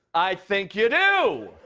i think you do.